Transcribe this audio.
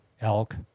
elk